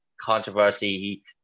controversy